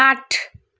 आठ